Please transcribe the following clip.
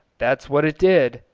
that's what it did!